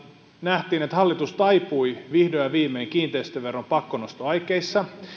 nähtiin että hallitus taipui vihdoin ja viimein kiinteistöveron pakkonostoaikeissa